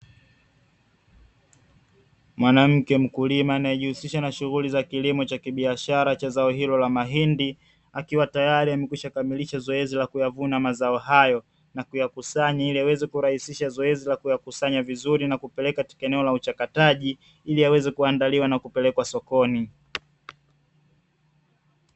Mwanamke mkulima anayejihusisha na kilimo cha kibiashara cha zao hilo la mahindi, akiwa tayari amekwisha kamilisha zoezi la kuyavuna mazao hayo, na kuyakusanya ili aweze kurahisisha zoezi la kuyakusanya vizuri na kupeleka katika eneo la uchakataji, ili yaweze kuandaliwa na kupelekwa sokoni.